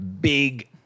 big